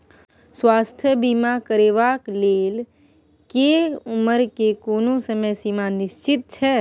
स्वास्थ्य बीमा करेवाक के लेल उमर के कोनो समय सीमा निश्चित छै?